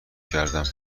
کردم